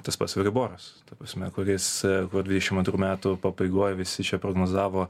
tas pats euriboras ta prasme kuris po dvidešimt metų pabaigoj visi čia prognozavo